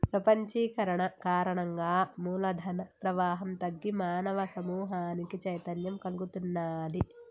ప్రపంచీకరణ కారణంగా మూల ధన ప్రవాహం తగ్గి మానవ సమూహానికి చైతన్యం కల్గుతున్నాది